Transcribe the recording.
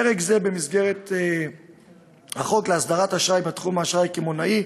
פרק זה במסגרת החוק בדבר הסדרת אשראי בתחום האשראי הקמעונאי,